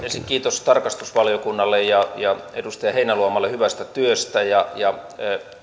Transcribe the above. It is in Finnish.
ensin kiitos tarkastusvaliokunnalle ja ja edustaja heinäluomalle hyvästä työstä